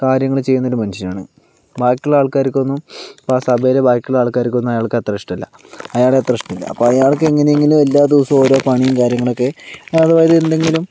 കാര്യങ്ങൾ ചെയ്യുന്ന ഒരു മനുഷ്യനാണ് ബാക്കിയുള്ള ആള്ക്കാർക്ക് ഒന്നും ഇപ്പോൾ ആ സഭയിലെ ബാക്കിയുള്ള ആള്ക്കാര്ക്ക് ഒന്നും അയാള്ക്ക് അത്ര ഇഷ്ടമല്ല അയാളെ അത്ര ഇഷ്ടമല്ല അപ്പോൾ അയാള്ക്ക് എങ്ങെനെയെങ്കിലും എല്ലാ ദിവസവും ഓരോ പണിയും കാര്യങ്ങളൊക്കെ അഥവാ എന്തെങ്കിലും